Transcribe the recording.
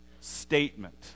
statement